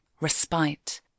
Respite